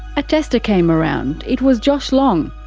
a tester came around. it was josh long.